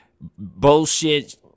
bullshit